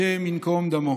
השם ייקום דמו.